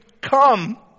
Come